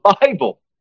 Bible